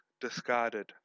discarded